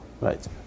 Right